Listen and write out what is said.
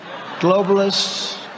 globalists